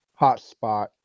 hotspot